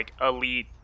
elite